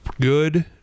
good